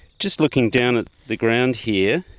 just looking down at the ground here,